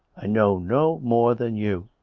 i know no more than you.